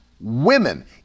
women